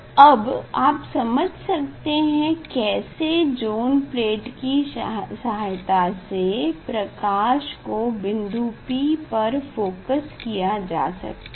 अब आप समझ सकते हैं कैसे ज़ोन प्लेट की सहायता से प्रकाश को बिन्दु P पर फोकस किया जा सकता है